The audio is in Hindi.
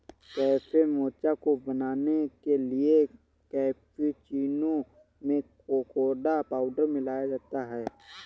कैफे मोचा को बनाने के लिए कैप्युचीनो में कोकोडा पाउडर मिलाया जाता है